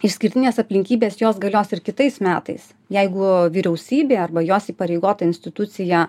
išskirtinės aplinkybės jos galios ir kitais metais jeigu vyriausybė arba jos įpareigota institucija